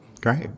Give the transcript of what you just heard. great